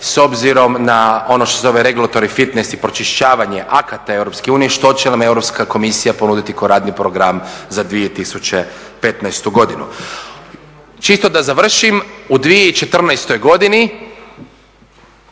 s obzirom na ono što regulatory fitness i pročišćavanje akata EU što će nam Europska komisija ponuditi kao radni program za 2015.godinu. Čisto da završim, u 2014.godini